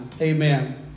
amen